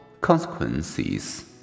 consequences